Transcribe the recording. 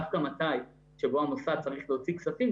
דווקא מתי שבו המוסד צריך להוציא כספים,